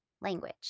language